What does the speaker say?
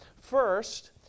First